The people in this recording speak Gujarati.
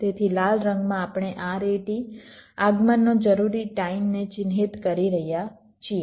તેથી લાલ રંગમાં આપણે RAT આગમનનો જરૂરી ટાઈમને ચિહ્નિત કરી રહ્યા છીએ